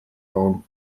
found